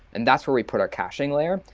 and that's where we put our caching layer,